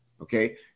Okay